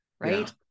right